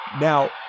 Now